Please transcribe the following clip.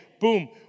boom